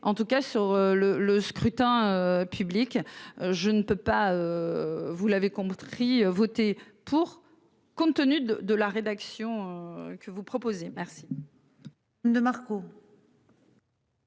en tout cas sur le le scrutin public. Je ne peux pas. Vous l'avez compris, voter pour. Compte tenu de, de la rédaction que vous proposez. Merci.